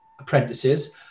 apprentices